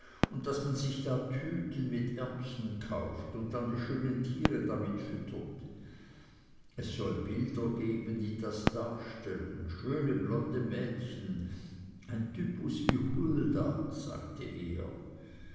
und daß man sich da tüten mit erbsen kauft und dann die schönen tiere damit füttert es soll bilder geben die das darstellen schöne blonde mädchen ein typus wie hulda sagte er